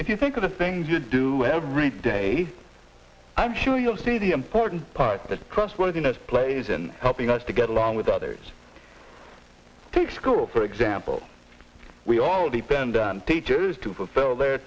if you think of the things you do every day i'm sure you'll see the important part the trustworthiness plays in helping us to get along with others take school for example we all depend on teachers to fulfill their